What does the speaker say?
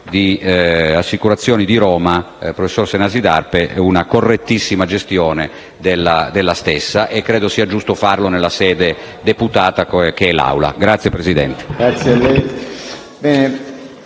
di Assicurazioni di Roma, professor Sanasi d'Arpe, una correttissima gestione della stessa e credo sia giusto farlo nella sede deputata, che è appunto l'Assemblea.